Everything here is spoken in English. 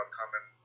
common